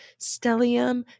stellium